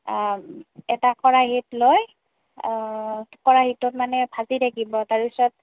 এটা খৰাহীত লৈ খৰাহীটোত মানে ভাজি থাকিব তাৰ পিছত